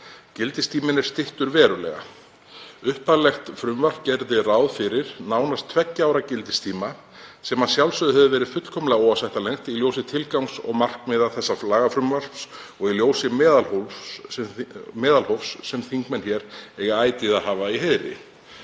Gildistíminn er styttur verulega. Upphaflegt frumvarp gerði ráð fyrir nánast tveggja ára gildistíma sem að sjálfsögðu hefði verið fullkomlega óásættanlegt í ljósi tilgangs og markmiða þessa lagafrumvarps og í ljósi meðalhófs sem þingmenn hér eiga ætíð að hafa í heiðri.“